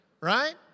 right